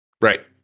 Right